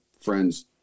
friends